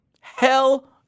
Hell